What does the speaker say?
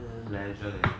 err leisure leh